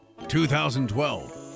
2012